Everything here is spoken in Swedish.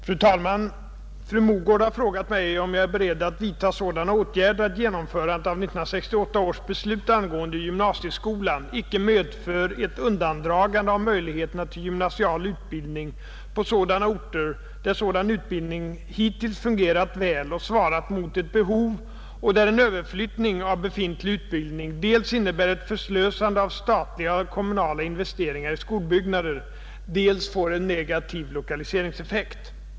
Fru talman! Fru Mogård har frågat mig, om jag är beredd vidta sådana åtgärder att genomförandet av 1968 års beslut angående gymnasieskolan icke medför ett undandragande av möjligheterna till gymnasial utbildning på sådana orter där sådan utbildning hittills fungerat väl och svarar mot ett behov och där en överflyttning av befintlig utbildning dels innebär ett förslösande av statliga och kommunala investeringar i skolbyggnader, dels får en negativ lokaliseringseffekt.